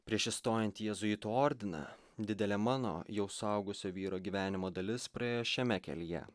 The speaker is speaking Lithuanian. prieš įstojant į jėzuitų ordiną didelė mano jau suaugusio vyro gyvenimo dalis praėjo šiame kelyje